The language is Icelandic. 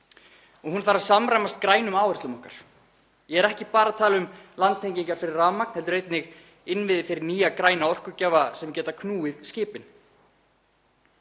og hún þarf að samræmast grænum áherslum okkar. Ég er ekki bara að tala um landtengingar fyrir rafmagn heldur einnig innviði fyrir nýja græna orkugjafa sem geta knúið skipin.